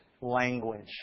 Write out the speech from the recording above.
language